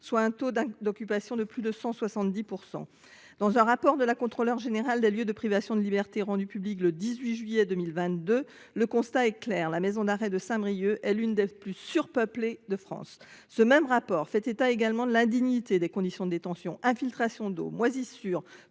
soit un taux d'occupation de plus de 170 %! Dans un rapport de la Contrôleure générale des lieux de privation de liberté, rendu public le 18 juillet 2022, le constat est clair : la maison d'arrêt de Saint-Brieuc est l'une des plus surpeuplées de France. Ce même rapport fait état également de l'« indignité » des conditions de détention : infiltrations d'eau, moisissures,